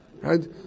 right